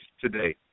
today